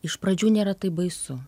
iš pradžių nėra taip baisu